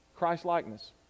Christlikeness